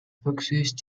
begrüßt